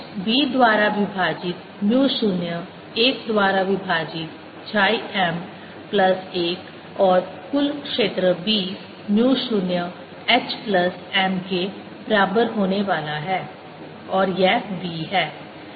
H b द्वारा विभाजित mu 0 1 द्वारा विभाजित chi m प्लस 1 और कुल क्षेत्र b mu 0 h plus m के बराबर होने वाला है और यह b है